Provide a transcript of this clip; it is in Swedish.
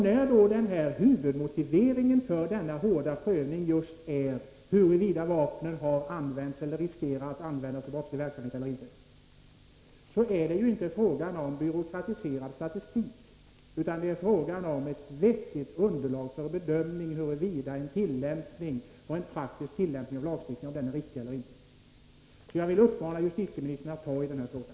När då denna huvudmotivering för denna hårda prövning just är huruvida vapnet har använts eller riskerar att användas vid brottslig verksamhet eller inte är det ju inte fråga om byråkratiserad statistik utan det är fråga om ett vettigt underlag för bedömningen huruvida en praktisk tillämpning av lagstiftningen är riktig eller inte. Jag vill uppmana justitieministern att ta tag i den här frågan.